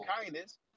kindness